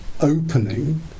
opening